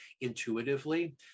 intuitively